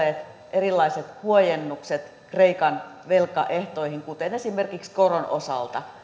erilaiset huojennukset kreikan velkaehtoihin esimerkiksi koron osalta